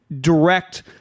direct